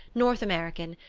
north american,